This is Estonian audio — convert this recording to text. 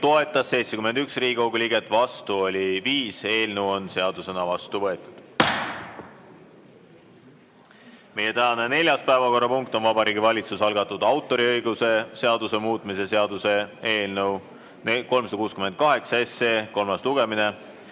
toetas 71 Riigikogu liiget, vastu oli 5. Eelnõu on seadusena vastu võetud. Meie tänane neljas päevakorrapunkt on Vabariigi Valitsuse algatatud autoriõiguse seaduse muutmise seaduse eelnõu 368 kolmas lugemine.